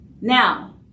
Now